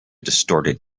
distorted